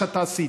שאתה עשית,